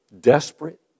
desperate